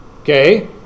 Okay